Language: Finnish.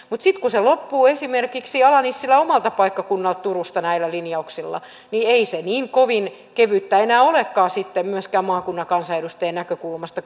mutta sitten kun se loppuu esimerkiksi ala nissilän omalta paikkakunnalta turusta näillä linjauksilla niin ei se niin kovin kevyttä enää olekaan sitten myöskään maakunnan kansanedustajan näkökulmasta